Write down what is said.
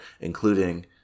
including